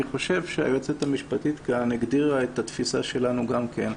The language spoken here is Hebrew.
אני חושב שהיועצת המשפטית כאן הגדירה את התפיסה שלנו גם כן.